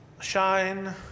shine